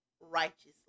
righteously